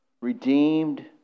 redeemed